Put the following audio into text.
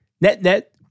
Net-net